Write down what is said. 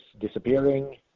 disappearing